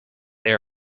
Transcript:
they